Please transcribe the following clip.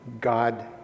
God